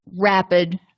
rapid